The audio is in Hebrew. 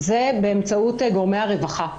זה באמצעות גורמי הרווחה.